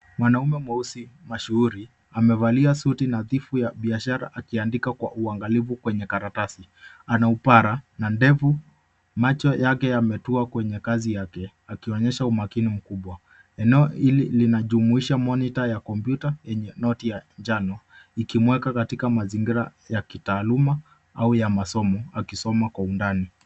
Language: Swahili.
Mwanaume mweusi mashuhuri amevalia suti nadhifu ya biashara akiandika kwa uangalifu kwenye karatasi. Ana upara na ndevu, macho yake yametua kwenye kazi yake akionyesha umakini mkubwa . Eneo hili lina jumuisha monita ya kompyuta noti ya njano ikimweka katika mazingira ya kitaaluma au ya masomo akisoma kwa undani.